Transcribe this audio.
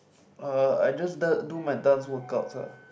uh I just d~ do my dance workouts ah